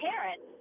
parents